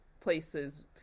places